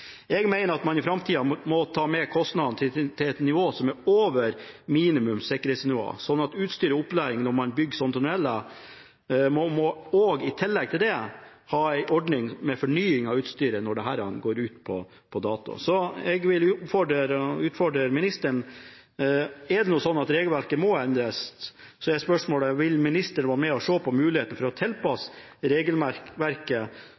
Jeg mener at man i framtida må ta kostnadene til et nivå som er over minimum sikkerhetsnivå, sånn at utstyr og opplæring når man bygger slike tunneler, er tilfredsstillende. Man må i tillegg til det ha en ordning med fornying av utstyret når dette er gått ut på dato. Så jeg utfordrer ministeren: Hvis det nå er slik at regelverket må endres, vil ministeren være med på å se på muligheten for å tilpasse